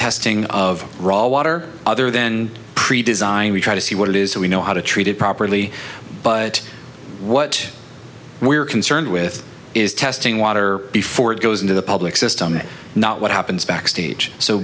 testing of raw water other than pre designed we try to see what it is and we know how to treat it properly but what we are concerned with is testing water before it goes into the public system is not what happens backstage so